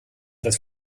dass